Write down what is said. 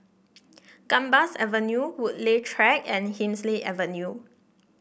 Gambas Avenue Woodleigh Track and Hemsley Avenue